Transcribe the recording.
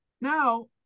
now